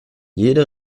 jede